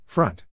Front